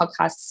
podcast